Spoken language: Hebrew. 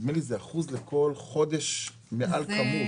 נדמה לי שזה 1% לכל חודש מעל כמות.